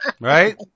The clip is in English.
Right